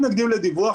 לוועדה.